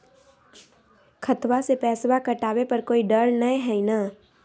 खतबा से पैसबा कटाबे पर कोइ डर नय हय ना?